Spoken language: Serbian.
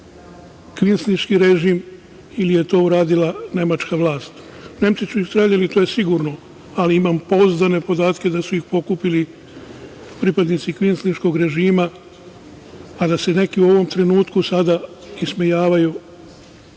kvinsliški režim ili je to uradila nemačka vlast. Nemci su ih streljali, to je sigurno, ali imam pouzdane podatke da su ih pokupili pripadnici kvinsliškog režima, a da se neki u ovom trenutku sada ismejavaju,